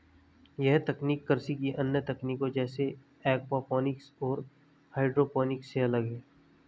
यह तकनीक कृषि की अन्य तकनीकों जैसे एक्वापॉनिक्स और हाइड्रोपोनिक्स से अलग है